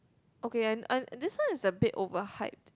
okay and and this one is a bit overhyped